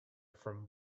from